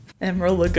Emerald